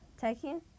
Taking